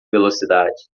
velocidade